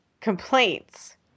complaints